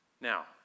Now